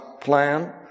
plan